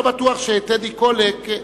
אני לא בטוח שטדי קולק,